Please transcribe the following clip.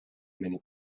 many